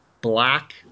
black